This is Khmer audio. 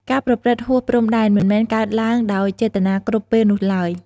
ការប្រព្រឹត្តហួសព្រំដែនមិនមែនកើតឡើងដោយចេតនាគ្រប់ពេលនោះឡើយ។